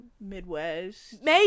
Midwest